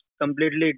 completely